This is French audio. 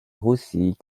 roussy